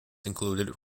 included